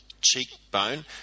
cheekbone